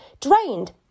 drained